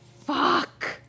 Fuck